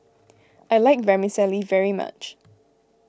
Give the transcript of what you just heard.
I like Vermicelli very much